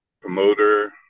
promoter